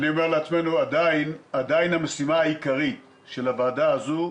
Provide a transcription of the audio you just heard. אני אומר לעצמנו שהמשימה העיקרית של הוועדה הזאת,